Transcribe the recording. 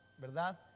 ¿verdad